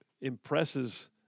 impresses